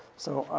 so,